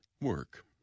Work